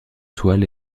toile